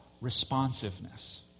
responsiveness